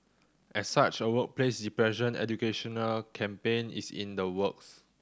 as such a workplace depression educational campaign is in the works